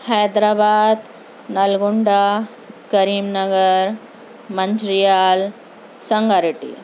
Hyderabad Nalgonda Karim Nagar Mancherial Sangareddy